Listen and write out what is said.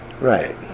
Right